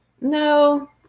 no